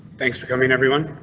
thanks for coming everyone.